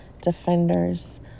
defenders